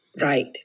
Right